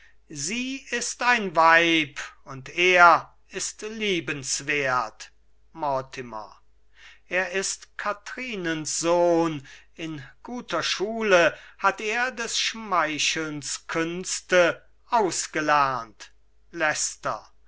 sie ist ein weib und er ist liebenswert mortimer er ist kathrinens sohn in guter schule hat er des schmeichelns künste ausgelernt